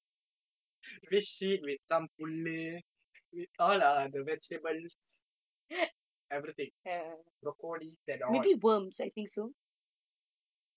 maybe shit with some புல்லு:pullu with all the vegetables everything broccoli and all